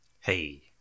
Hey